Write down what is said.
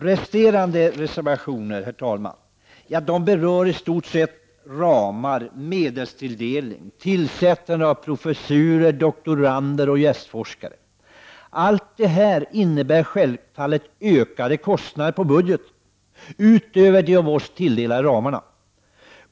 Resterande reservationer, herr talman, berör i stort sett ramar, medelstilldelning, tillsättande av professorer, doktorander och gästforskare. Allt det här innebär självfallet ökade kostnader utöver de av oss tilldelade ramarna.